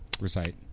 recite